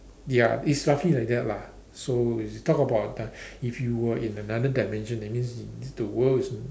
ya it's roughly like that lah so is talk about uh if you were in another dimension that means the world is